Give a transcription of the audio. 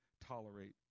tolerate